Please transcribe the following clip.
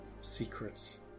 secrets